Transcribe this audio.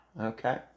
Okay